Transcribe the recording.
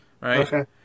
right